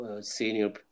senior